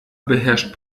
beherrscht